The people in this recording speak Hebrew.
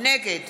נגד